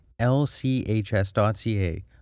lchs.ca